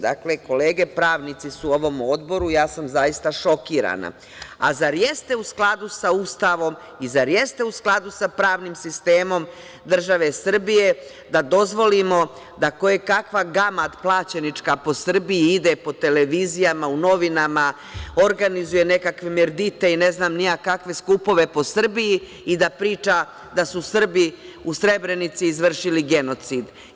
Dakle, kolege pravnici su u ovom odboru i ja sam zaista šokirana, a zar jeste u skladu sa Ustavom i zar jeste u skladu sa pravnim sistemom države Srbije da dozvolimo da kojekakva gamad plaćenička po Srbiji ide po televizijama, u novinama, organizuje nekakve mirdite, ne znam ni ja kakve skupove po Srbiji, i da priča da su Srbi u Srebrenici izvršili genocid.